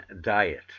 diet